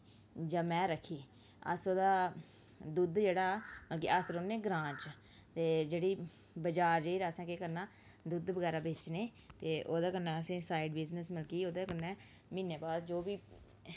जां मैह् रक्खी अस ओह्दा दुद्ध जेह्ड़ा मतलब कि अस रौह्ने ग्रांऽ च ते जेह्ड़ा बज़ार जाई र असें केह् करना दुद्ध बगैरा बेचने ते ओह्दे कन्नै असें गी साइड बिज़नेस मतलब कि ओह्दे कन्नै म्हीने बाद जो बी